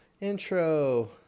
Intro